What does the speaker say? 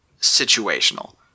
situational